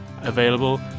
Available